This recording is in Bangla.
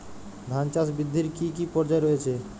ধান চাষ বৃদ্ধির কী কী পর্যায় রয়েছে?